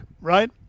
right